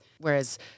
Whereas